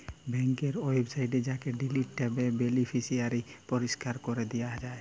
ব্যাংকের ওয়েবসাইটে যাঁয়ে ডিলিট ট্যাবে বেলিফিসিয়ারিকে পরিষ্কার ক্যরে দিয়া যায়